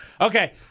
Okay